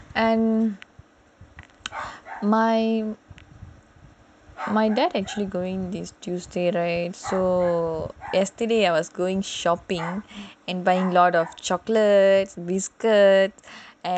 and my my dad actually going this tuesday right so yesterday I was going shopping and buying lot of chocolates biscuits and